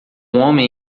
homem